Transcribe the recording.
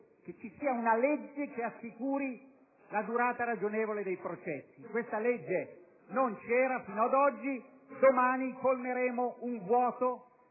ci chiede una legge che assicuri la durata ragionevole dei processi; questa legge non c'era fino a oggi, domani colmeremo un vuoto